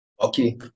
Okay